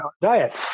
diet